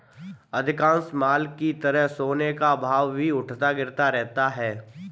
अधिकांश माल की तरह सोने का भाव भी उठता गिरता रहता है